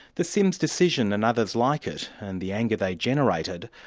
the sims decision and others like it and the anger they generated,